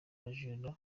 abajura